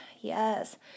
Yes